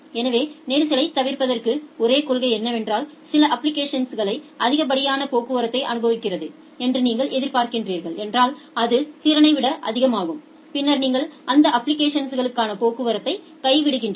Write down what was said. எனவே நெரிசலைத் தவிர்ப்பதற்கு ஒரே கொள்கை என்னவென்றால் சில அப்ப்ளிகேஷன்ஸ் அதிகப்படியான போக்குவரத்தை அனுப்புகிறது என்று நீங்கள் எதிர்பார்க்கிறீர்கள் என்றால் அது திறனை விட அதிகமாகும் பின்னர் நீங்கள் அந்த அப்ப்ளிகேஷன்ஸ் களுக்கான போக்குவரத்தை கைவிடுகிறீர்கள்